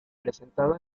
presentado